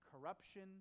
corruption